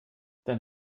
dann